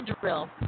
drill